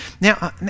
Now